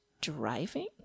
driving